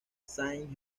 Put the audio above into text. saint